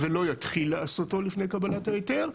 ולא יתחיל לעשותו לפני קבלת ההיתר,